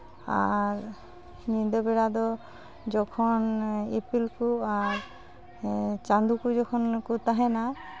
ᱟᱨ ᱧᱤᱫᱟᱹ ᱵᱮᱲᱟ ᱫᱚ ᱡᱚᱠᱷᱚᱱ ᱤᱯᱤᱞ ᱠᱚ ᱟᱨ ᱪᱟᱸᱫᱚ ᱠᱚ ᱡᱚᱠᱷᱚᱱ ᱠᱚ ᱛᱟᱦᱮᱱᱟ